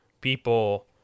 people